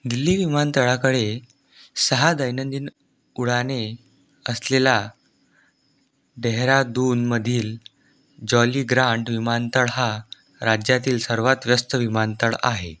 दिल्ली विमानतळाकडे सहा दैनंदिन उड्डाणे असलेला डेहराडूनमधील जॉली ग्रांट विमानतळ हा राज्यातील सर्वात व्यस्त विमानतळ आहे